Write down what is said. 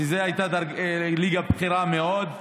כי זו הייתה ליגה בכירה מאוד.